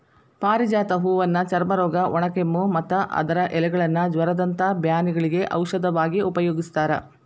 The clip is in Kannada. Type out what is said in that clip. ಪಾರಿಜಾತ ಹೂವನ್ನ ಚರ್ಮರೋಗ, ಒಣಕೆಮ್ಮು, ಮತ್ತ ಅದರ ಎಲೆಗಳನ್ನ ಜ್ವರದಂತ ಬ್ಯಾನಿಗಳಿಗೆ ಔಷಧವಾಗಿ ಉಪಯೋಗಸ್ತಾರ